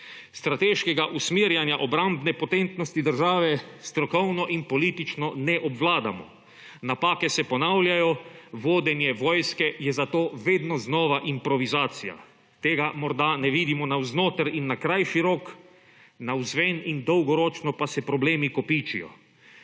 Strateškega usmerjanja obrambne potentnosti države strokovno in politično ne obvladamo. Napake se ponavljajo, vodenje vojske je zato vedno znova improvizacija. Tega morda ne vidimo navznoter in na krajši rok, navzven in dolgoročno pa se problemi kopičijo.